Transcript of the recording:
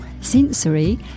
sensory